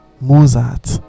Mozart